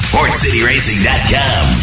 PortCityRacing.com